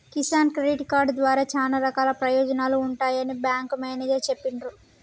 Kisan credit card ద్వారా చానా రకాల ప్రయోజనాలు ఉంటాయని బేంకు మేనేజరు చెప్పిన్రు